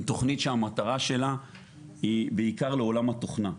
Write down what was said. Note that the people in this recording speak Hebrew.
היא תוכנית שהמטרה שלה היא בעיקר לעולם התוכנה.